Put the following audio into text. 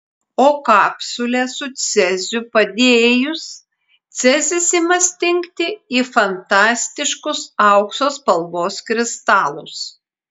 o kapsulę su ceziu padėjus cezis ima stingti į fantastiškus aukso spalvos kristalus